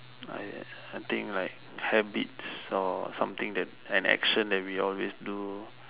I I think like habits or something that an action that we always do